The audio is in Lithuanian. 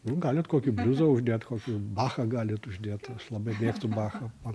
nu galit kokį bliuzą uždėt kokį bachą galit uždėt aš labai mėgstu bachą man